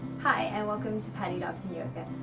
hi and welcome to patty dobson yoga.